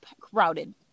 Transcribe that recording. crowded